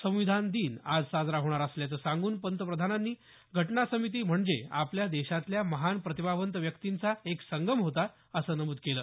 संविधान दिन आज साजरा होणार असल्याचं सांगून पंतप्रधानांनी घटना समिती म्हणजे आपल्या देशातल्या महान प्रतिभावंत व्यक्तींचा एक संगम होता असं नमूद केलं